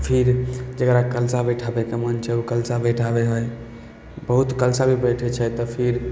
फिर जकरा कलशा बैठाबयके मन छै उ कलशा बैठाबय हइ बहुत कलशा भी बैठय छै तऽ फिर